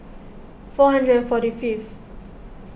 four hundred and forty fifth